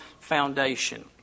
foundation